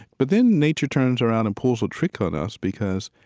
but then nature turns around and pulls a trick on us because,